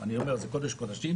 זה בכלל לא שם,